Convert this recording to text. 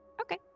Okay